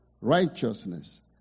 righteousness